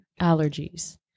allergies